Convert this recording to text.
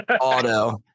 Auto